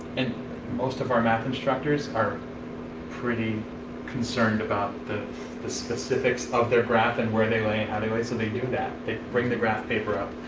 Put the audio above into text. and most of our math instructors are pretty concerned about the the specifics of their graph and where they lay and how they lay, so they do that. they bring the graph paper up.